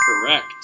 Correct